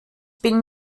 bin